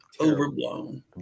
Overblown